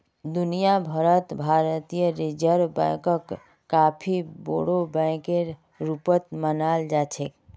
दुनिया भर त भारतीय रिजर्ब बैंकक काफी बोरो बैकेर रूपत मानाल जा छेक